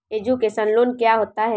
Education loan क्या होता है?